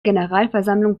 generalversammlung